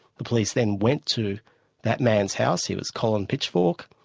the police then went to that man's house, he was colin pitchfork,